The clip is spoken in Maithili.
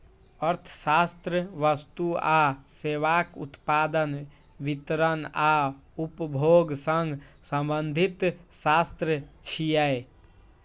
अर्थशास्त्र वस्तु आ सेवाक उत्पादन, वितरण आ उपभोग सं संबंधित शास्त्र छियै